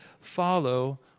follow